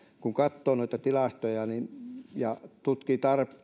kun katsoo noita tilastoja ja tutkii